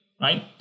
Right